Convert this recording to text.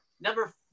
Number